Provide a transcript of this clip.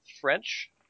French